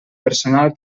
personal